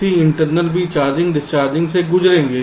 तो Cinternal भी charging discharging से गुजरेंगे